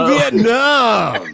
Vietnam